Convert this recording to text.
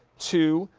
two,